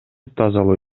тазалоо